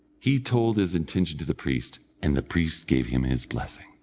he told his intention to the priest, and the priest gave him his blessing.